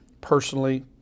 personally